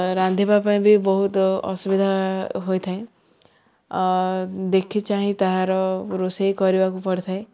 ରାନ୍ଧିବା ପାଇଁ ବି ବହୁତ ଅସୁବିଧା ହୋଇଥାଏ ଦେଖି ଚାହିଁ ତାହାର ରୋଷେଇ କରିବାକୁ ପଡ଼ିଥାଏ